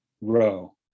row